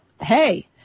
hey